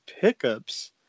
pickups